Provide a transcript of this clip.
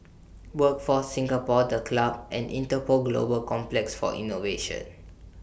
Workforce Singapore The Club and Interpol Global Complex For Innovation